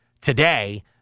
today